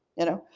you know,